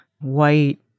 white